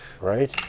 Right